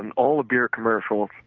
and all of their commercials.